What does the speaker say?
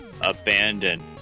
Abandoned